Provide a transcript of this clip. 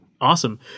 Awesome